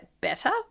better